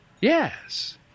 Yes